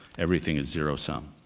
everything is zero-sum.